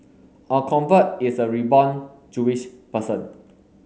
a convert is a reborn Jewish person